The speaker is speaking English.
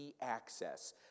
access